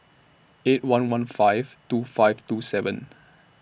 eight one one five two five two seven